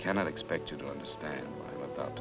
cannot expect you to understand that